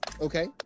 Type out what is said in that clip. Okay